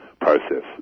process